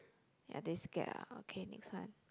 ya they scared ah okay next one